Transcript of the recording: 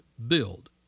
build